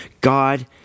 God